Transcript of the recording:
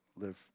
live